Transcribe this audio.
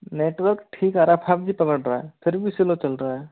network ठीक आ रहा फाइव जी पकड़ रहा है फिर भी स्लो चल रहा है